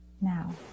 Now